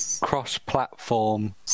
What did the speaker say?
cross-platform